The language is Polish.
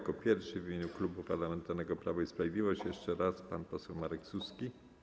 Jako pierwszy, w imieniu Klubu Parlamentarnego Prawo i Sprawiedliwość, jeszcze raz pan poseł Marek Suski.